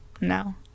No